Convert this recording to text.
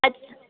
अच्छा